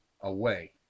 away